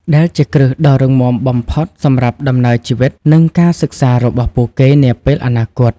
ដែលជាគ្រឹះដ៏រឹងមាំបំផុតសម្រាប់ដំណើរជីវិត និងការសិក្សារបស់ពួកគេនាពេលអនាគត។